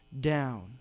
down